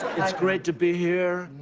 great to be here.